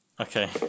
Okay